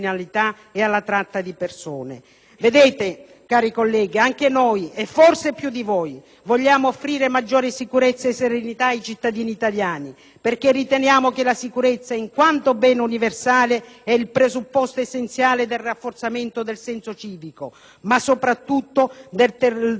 persone. Cari colleghi, anche noi - forse più di voi - vogliamo offrire maggiore sicurezza e serenità ai cittadini italiani. Riteniamo, infatti, che la sicurezza in quanto bene universale sia il presupposto essenziale per un rafforzamento del senso civico, ma soprattutto dell'appartenenza al territorio, alla Nazione e